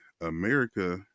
america